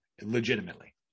Legitimately